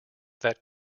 that